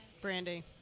Brandy